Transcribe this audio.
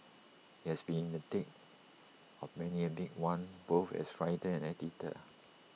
he has been in the thick of many A big one both as writer and editor